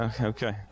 okay